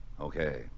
Okay